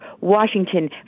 Washington